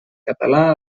català